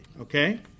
Okay